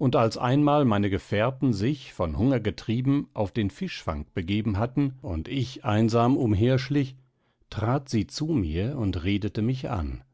und als einmal meine gefährten sich von hunger getrieben auf den fischfang begeben hatten und ich einsam umherschlich trat sie zu mir und redete mich an